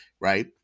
Right